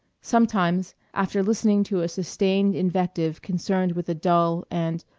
sometimes, after listening to a sustained invective concerned with a dull and,